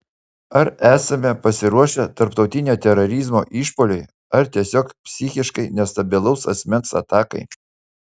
ar esame pasiruošę tarptautinio terorizmo išpuoliui ar tiesiog psichiškai nestabilaus asmens atakai